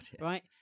Right